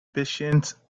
patient